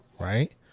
right